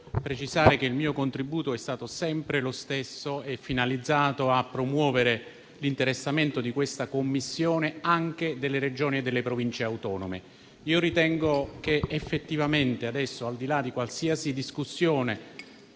il mio contributo è stato sempre lo stesso, finalizzato a promuovere l'inclusione fra gli elementi di interesse di questa Commissione anche delle Regioni e delle Province autonome. Ritengo che effettivamente adesso, al di là di qualsiasi discussione